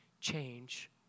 change